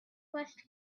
west